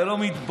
אתה לא מתבייש?